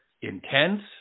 intense